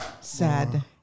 sad